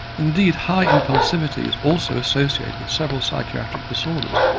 indeed, high impulsivity is also associated with several psychiatric disorders,